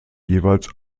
jeweils